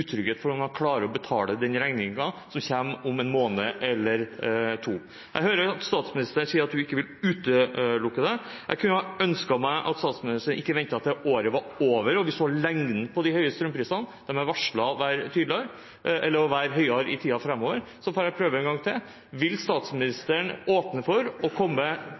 for om de klarer å betale den regningen som kommer om en måned eller to. Jeg hører statsministeren si at hun ikke vil utelukke det. Jeg kunne ønske at statsministeren ikke ventet til året var omme og man så varigheten til de høye strømprisene, som er varslet å være høyere i tiden framover. Så prøver jeg en gang til: Vil statsministeren åpne for å komme